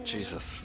Jesus